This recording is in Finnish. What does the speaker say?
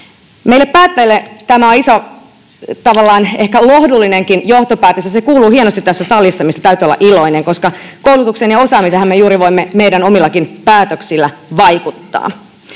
Meille päättäjille tämä on iso, tavallaan ehkä lohdullinenkin johtopäätös, ja se kuuluu hienosti tässä salissa, mistä täytyy olla iloinen, koska koulutukseen ja osaamiseenhan me juuri voimme meidän omillakin päätöksillämme vaikuttaa.